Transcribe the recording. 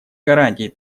гарантией